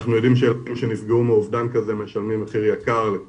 אנחנו יודעים שאחים שנפגעו מאובדן כזה משלמים מחיר יקר כל